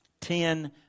Ten